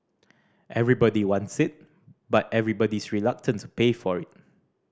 everybody wants it but everybody's reluctant to pay for it